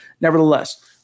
nevertheless